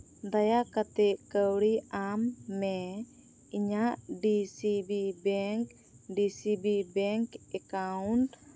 ᱫᱟᱭᱟ ᱠᱟᱛᱮᱫ ᱠᱟᱹᱣᱰᱤ ᱮᱢ ᱢᱮ ᱤᱧᱟᱹᱜ D C B bank D C B bank account